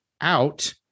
out